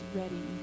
ready